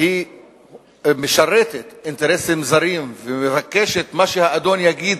היא משרתת אינטרסים זרים ומבקשת מה שהאדון יגיד,